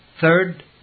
Third